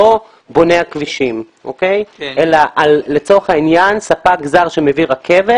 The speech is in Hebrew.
לא בוני הכבישים אלא לצורך העניין ספק זר שמביא רכבת,